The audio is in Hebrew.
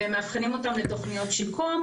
ומאבחנים אותם לתוכניות שיקום,